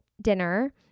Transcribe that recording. dinner